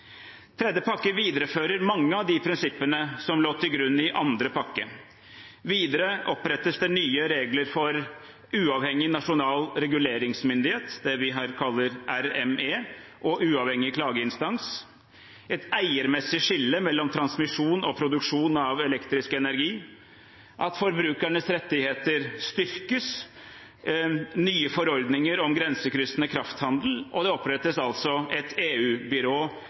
Tredje pakke viderefører mange av de prinsippene som lå til grunn i andre pakke. Videre opprettes det nye regler for uavhengig nasjonal reguleringsmyndighet, det vi her kaller RME, og uavhengig klageinstans, et eiermessig skille mellom transmisjon og produksjon av elektrisk energi, at forbrukernes rettigheter styrkes, nye forordninger om grensekryssende krafthandel, og det opprettes et